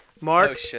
Mark